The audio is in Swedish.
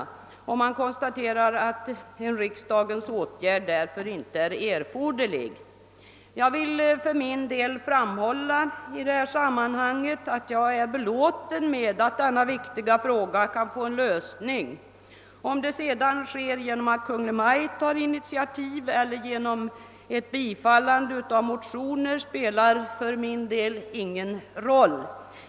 Utskottet konstaterar därför att någon riksdagens åtgärd inte erfordras. Jag vill framhålla i det här sammanhanget att jag är belåten med att denna viktiga fråga kan få en lösning. Om det sedan sker genom att Kungl. Maj:t tar initiativ eller genom bifall till motioner spelar för min del ingen roll.